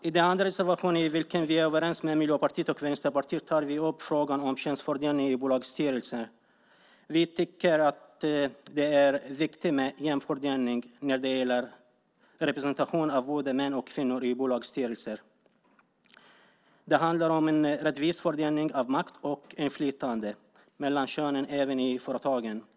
I den andra reservationen, i vilken vi är överens med Miljöpartiet och Vänsterpartiet, tar vi upp frågan om könsfördelningen i bolagsstyrelser. Vi tycker att det är viktigt med en jämn fördelning när det gäller representationen av män och kvinnor i bolagsstyrelser. Det handlar om en rättvis fördelning av makt och inflytande mellan könen även i företagen.